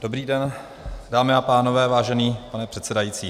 Dobrý den, dámy a pánové, vážený pane předsedající.